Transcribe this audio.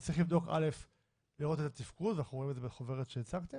צריך לבדוק את התפקוד ואנחנו רואים את זה בחוברת שהצגתם